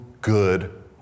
good